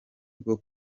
bwo